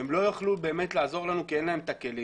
הם לא יוכלו לעזור לנו כי אין להם את הכלים.